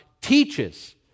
teaches